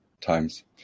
times